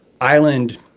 island